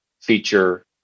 feature